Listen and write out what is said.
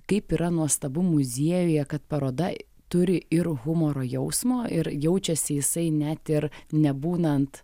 kaip yra nuostabu muziejuje kad paroda turi ir humoro jausmo ir jaučiasi jisai net ir nebūnant